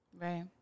Right